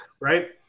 Right